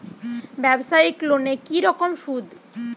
ব্যবসায়িক লোনে কি রকম সুদ?